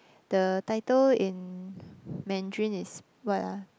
the title in Mandarin is what ah